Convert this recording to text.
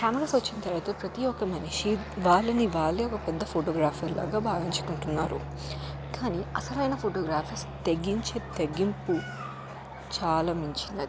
cameras వచ్చిన తరువాత ప్రతీ ఒక్క మనిషి వాళ్ళని వాళ్ళే పెద్ద ఫోటోగ్రాఫర్ లాగా భావించుకుంటున్నారు కానీ అసలైన ఫోటోగ్రాఫర్స్ తెగించే తెగింపు చాలా మంచిదని